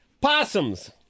Possums